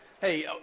Hey